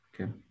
Okay